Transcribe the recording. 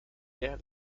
der